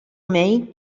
may